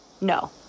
no